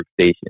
workstation